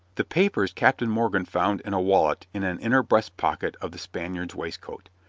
the papers captain morgan found in a wallet in an inner breast pocket of the spaniard's waistcoat.